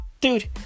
dude